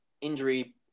injury